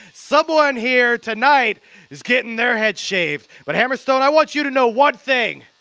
someone here tonight is getting their head shaved, but hammerstone i want you to know one thing